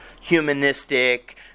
humanistic